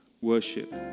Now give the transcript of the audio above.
worship